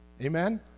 Amen